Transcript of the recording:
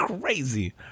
crazy